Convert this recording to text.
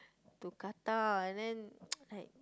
to Qatar and then like